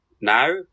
now